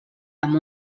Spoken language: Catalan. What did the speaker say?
amb